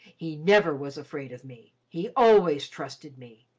he never was afraid of me, he always trusted me.